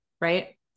right